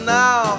now